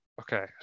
Okay